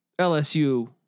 LSU